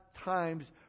times